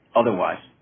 otherwise